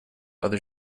other